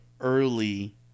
early